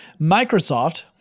Microsoft